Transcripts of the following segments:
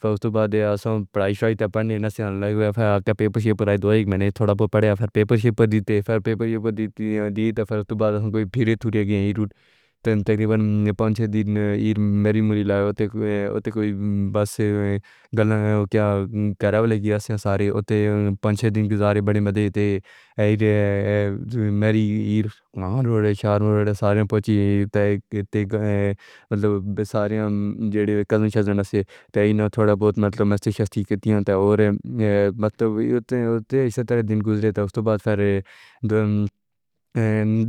پھر اُس کے بعد ہم پرائیس رائٹ اپنے نسل نے پاپا سے پڑھائی تو ایک منٹ تھوڑا سا پڑھا پھر پیپر شے پر دِتے۔ پھر پیپر دیتے ہوئے تو بعد کوئی پھر یہ ٹوٹ گیا۔ یہ روٹ تقریباً پانچ دن میری موڈ لائی ہوتی ہے۔ کوئی بس گالا کیا گواہ تھے سارے وہ تین پانچ دن گزارے بنے تے ہی رہے۔ میری یہاں سارے پہنچی تھیں مطلب بہت مطلوب تھا اور مطلب یہ تھا کہ اس طرح سے تین دن گزرے تھے۔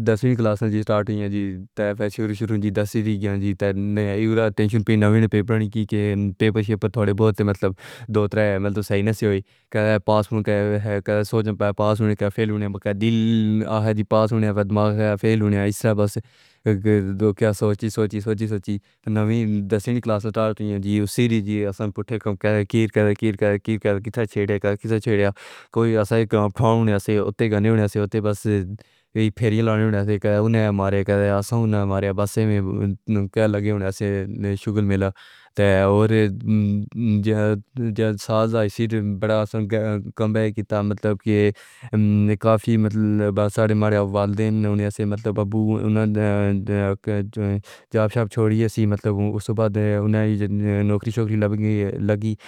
دسویں کلاس سٹارٹ ہوئی ہے جی کہ دسویں کی ہے جتنا کہ نیا نیا نہیں کیا کہ تھوڑے بہت مطلب دو تین میٹر سائز ئی نہ ہوئی کہ پاس ہونے کا سوچنا پاس ہونے کا فیصلہ ہوتا ہے۔ دل پاس ہونے والا ماغ رہے فیل ہونے ایسا ہے بس کیا سوچی سوچی سوچی سوچی تو نوین دسویں کلاس سٹارٹ ہوئی ہے جی اس سیریز میں پوچھا گیا کہ کیر کا قیر ہے کہ کیا کہہ رہے ہیں۔ کہ کہ کہ کہ کہاں چھیڑ ہے یا کسی نے چھیڑیا کوئی آج ہمیں اتے گانے وغیرہ۔ یہ پھریلا نہیں آتا کہ انہوں نے مارا ہے یا مارا بس میں لگے ہوئے تھے۔ شوگر میلہ تھا اور جب سازہ اسی طرح براں کم بیک کرتا مطلب کہ کافی مطلب ساڑھے ماریو والدین نے مطلب اب وہ ان کا جواب چھوڑا سی مطلب اس سے بعد انہیں نوکری شوقی لگی۔